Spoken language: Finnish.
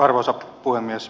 arvoisa puhemies